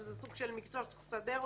שזה סוג של מקצוע שצריך לסדר אותו.